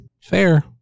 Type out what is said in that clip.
fair